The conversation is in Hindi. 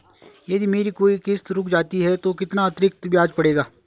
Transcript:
यदि मेरी कोई किश्त रुक जाती है तो कितना अतरिक्त ब्याज पड़ेगा?